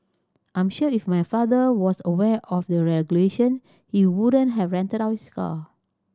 I'm sure if my father was aware of the regulations he wouldn't have rented out his car